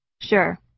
Sure